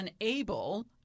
unable